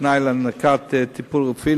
כתנאי להענקת טיפול רפואי,